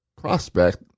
prospect